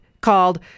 called